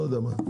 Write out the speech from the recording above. לא יודע מה.